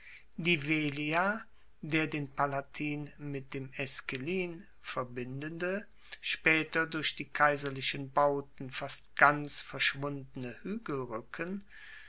der den palatin mit dem esquilin verbindende spaeter durch die kaiserlichen bauten fast ganz verschwundene